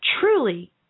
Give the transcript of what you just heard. truly